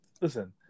listen